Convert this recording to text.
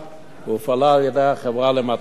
היא הופעלה על-ידי החברה למתנ"סים.